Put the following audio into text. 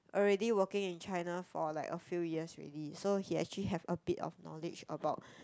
already working in China for like a few years already so he actually have a bit of knowledge about